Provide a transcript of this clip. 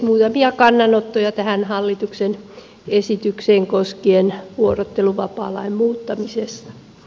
muutamia kannanottoja tähän hallituksen esitykseen koskien vuorotteluvapaalain muuttamista